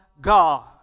God